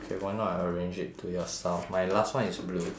okay why not I arrange it to your style my last one is blue